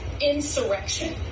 insurrection